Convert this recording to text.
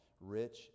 rich